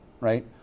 right